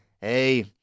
hey